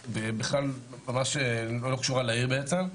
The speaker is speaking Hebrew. ממש לא קשורה לעיר בעצם.